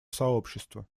сообщества